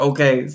Okay